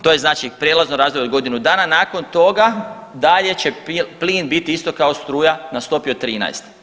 To je znači prijelazno razdoblje od godinu dana, nakon toga dalje će plin biti isto kao struja na stopi od 13.